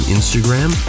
Instagram